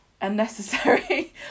unnecessary